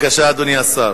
בבקשה, אדוני השר.